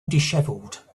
dishevelled